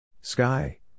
Sky